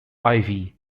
ivy